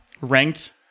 ranked